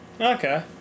Okay